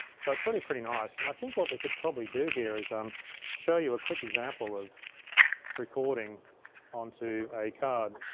so it's really pretty nice, and i think what we could probably do here is um show you a quick example of recording onto a card.